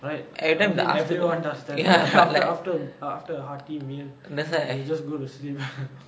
alright I think everyone does that after after a hearty meal and you just go to sleep